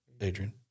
Adrian